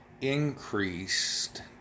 increased